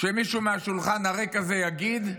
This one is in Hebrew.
שמישהו מהשולחן הריק הזה יגיד: